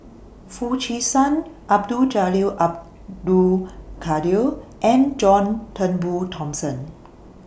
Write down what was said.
Foo Chee San Abdul Jalil Abdul Kadir and John Turnbull Thomson